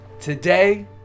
today